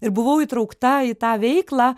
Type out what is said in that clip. ir buvau įtraukta į tą veiklą